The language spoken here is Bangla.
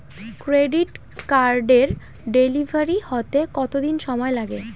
ক্রেডিট কার্ডের ডেলিভারি হতে কতদিন সময় লাগে?